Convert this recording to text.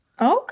Okay